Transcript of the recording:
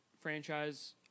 franchise